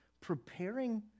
preparing